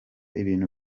ibintu